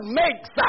makes